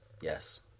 yes